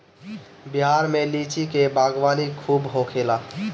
बिहार में लीची के बागवानी खूब होखेला